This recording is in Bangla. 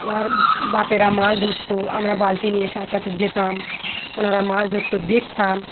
আমার বাপেরা মাছ ধরত আমরা বালতি নিয়ে সাথে সাথে যেতাম ওনারা মাছ ধরত দেখতাম